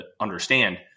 understand